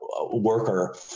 worker